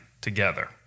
together